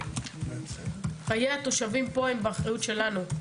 חיי התושבים פה הם באחריות שלנו,